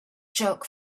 jerk